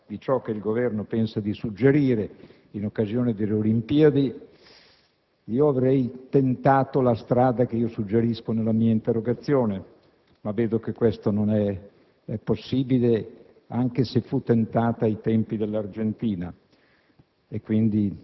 di ciò che il Governo pensa di suggerire in occasione delle Olimpiadi, io avrei tentato la strada che prospetto nella mia interrogazione, ma vedo che, anche se fu tentata ai tempi dell'Argentina,